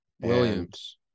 Williams